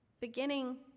beginning